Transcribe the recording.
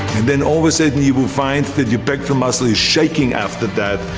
then always you will find that your pectoral muscle is shaking after that.